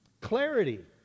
Clarity